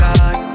God